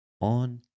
on